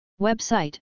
Website